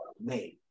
made